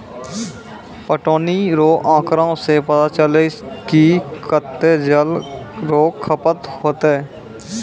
पटौनी रो आँकड़ा से पता चलै कि कत्तै जल रो खपत होतै